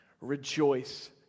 Rejoice